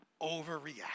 overreact